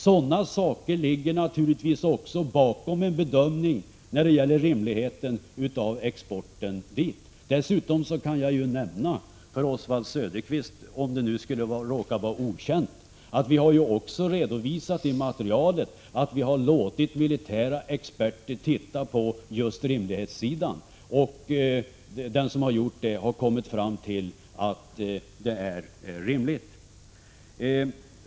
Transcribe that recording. Sådana saker måste man naturligtvis också ta med när man bedömer rimligheten av exporten dit. Dessutom kan jag för Oswald Söderqvist nämna — för den händelse det skulle råka vara okänt, trots att vi redovisat det i materialet — att vi har låtit militära experter göra en rimlighetsbedömning. Den som har gjort det har kommit fram till att exportens storlek är rimlig.